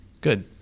Good